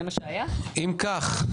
אם כך,